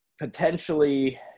potentially